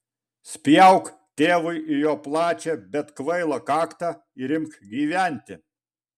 spjauk tėvui į jo plačią bet kvailą kaktą ir imk gyventi